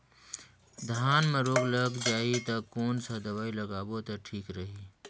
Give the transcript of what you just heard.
धान म रोग लग जाही ता कोन सा दवाई लगाबो ता ठीक रही?